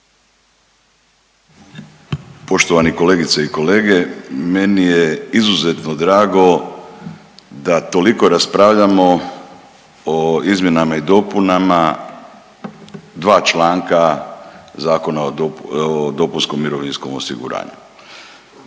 Poštovane kolegice i kolege meni je izuzetno drago da toliko raspravljamo o izmjenama i dopunama dva članka Zakona o dopunskom mirovinskom osiguranju